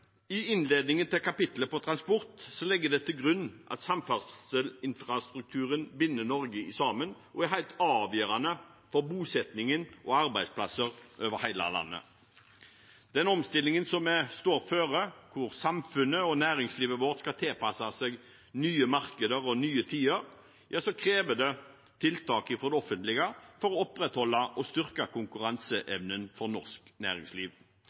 i innledningen til kapitlet om transport legges det til grunn at samferdselsinfrastrukturen binder Norge sammen og er helt avgjørende for bosettingen og arbeidsplasser over hele landet. Den omstillingen som vi står foran, hvor samfunnet og næringslivet vårt skal tilpasse seg nye markeder og nye tider, krever tiltak fra det offentlige for å opprettholde og styrke konkurranseevnen for norsk næringsliv.